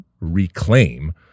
reclaim